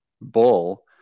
bull